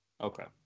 Okay